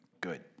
Good